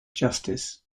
justice